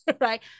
right